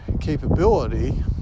capability